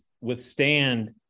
withstand